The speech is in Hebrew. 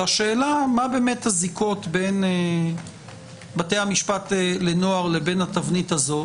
על השאלה מה הזיקות בין בתי המשפט לנוער לבין התבנית הזו.